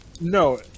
No